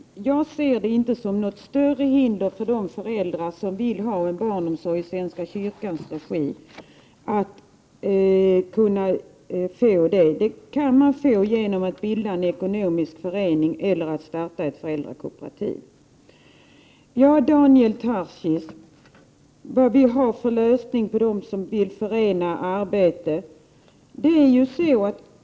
Herr talman! Jag ser inte något större hinder för de föräldrar som vill ha barnomsorg i svenska kyrkans regi att få det. Det kan man få genom att bilda en ekonomisk förening eller starta ett föräldrakooperativ. 123 Daniel Tarschys undrar vad vi har för lösning åt dem som vill förena arbete med föräldraskap.